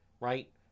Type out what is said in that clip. right